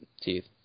teeth